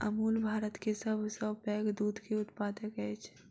अमूल भारत के सभ सॅ पैघ दूध के उत्पादक अछि